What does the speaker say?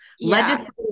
legislative